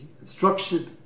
instruction